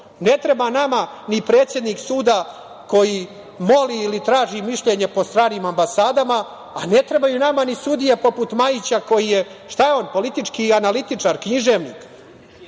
Ne treba nama ni predsednik suda koji moli ili traži mišljenje po stranim ambasadama, a ne trebaju nama ni sudije poput Majića koji je, šta je on politički analitičar, književnik,